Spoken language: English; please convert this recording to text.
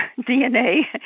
DNA